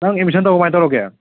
ꯅꯪ ꯑꯦꯗꯃꯤꯁꯟ ꯇꯧꯔꯕꯣ ꯀꯃꯥꯏꯅ ꯇꯧꯔꯒꯦ